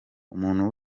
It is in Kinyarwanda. umuntu